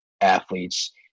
athletes